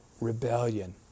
rebellion